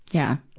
yeah.